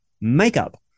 Makeup